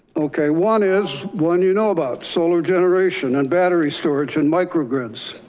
okay. one is one, you know about solar generation and battery storage and micro grids.